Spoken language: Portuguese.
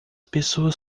pessoas